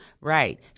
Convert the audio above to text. Right